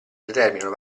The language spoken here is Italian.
determinano